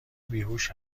بیهوش